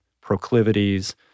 proclivities